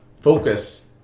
focus